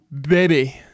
baby